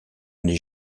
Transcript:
n’ai